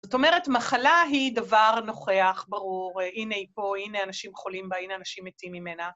זאת אומרת, מחלה היא דבר נוכח, ברור, הנה היא פה, הנה אנשים חולים בה, הנה אנשים מתים ממנה.